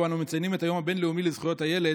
שבו אנו מציינים את היום הבין-לאומי לזכויות הילד,